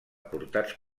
portats